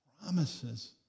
promises